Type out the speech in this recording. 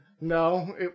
No